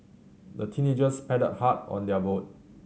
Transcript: the teenagers paddled hard on their boat